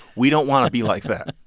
we don't want to be like that